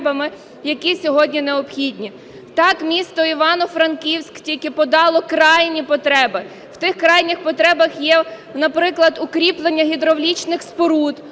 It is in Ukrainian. які сьогодні необхідні. Так, місто Івано-Франківськ тільки подало крайні потреби. В тих крайніх потребах є, наприклад, укріплення гідравлічних споруд,